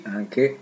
anche